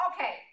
Okay